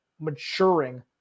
maturing